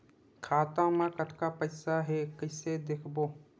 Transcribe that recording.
खाता मा कतका पईसा हे कइसे देखबो?